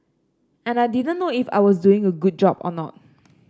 and I didn't know if I was doing a good job or not